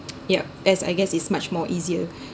yup as I guess it's much more easier